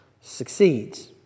succeeds